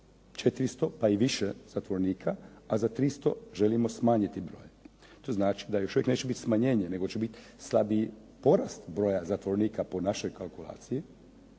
400 pa i više zatvorenika, a za 300 želimo smanjiti broj. To znači da još uvijek neće biti smanjenje, nego će biti slabiji porast broja zatvorenika po našoj kalkulaciji